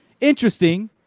interesting